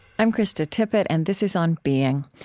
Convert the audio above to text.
i'm krista tippett, and this is on being.